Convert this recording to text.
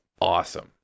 awesome